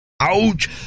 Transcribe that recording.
Ouch